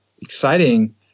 exciting